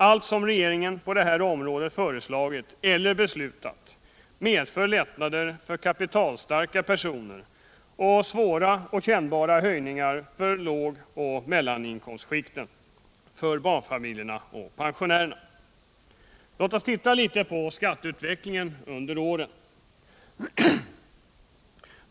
Allt som regeringen på det här området har föreslagit eller beslutat medför lättnader för kapitalstarka personer och svåra och kännbara kostnadshöjningar för lågoch mellaninkomstskikten, för barnfamiljerna och för pensionärerna. Låt oss titta litet på skatteutvecklingen under åren.